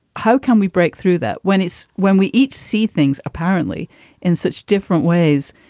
how can we break through that when it's when we each see things apparently in such different ways,